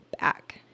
back